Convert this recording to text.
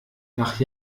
nach